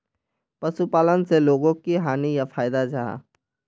पशुपालन से लोगोक की हानि या फायदा जाहा?